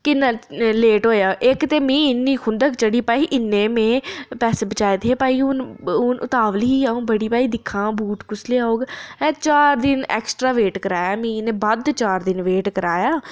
किन्ना लेट होएआ इक ते मीं इन्नी खुं'दक चढ़ी भाई इन्ने में पैसे बचाए दे हे भाई हून हून उतावली ही अ'ऊं बड़ी भाई दिक्खां बूट कुसलै औग चार दिन एक्स्ट्रा वेट कराया मीं इन्नै बद्ध चार दिन वेट कराया